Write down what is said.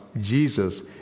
Jesus